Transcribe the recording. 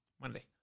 Monday